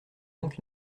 donc